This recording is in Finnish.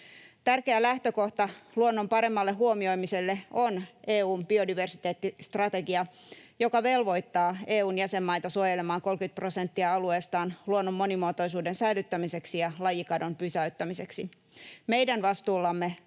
Tärkeä lähtökohta luonnon paremmalle huomioimiselle on EU:n biodiversiteettistrategia, joka velvoittaa EU:n jäsenmaita suojelemaan 30 prosenttia alueestaan luonnon monimuotoisuuden säilyttämiseksi ja lajikadon pysäyttämiseksi. Meidän vastuullamme